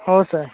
हो सर